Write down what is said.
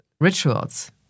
rituals